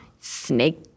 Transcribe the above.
snake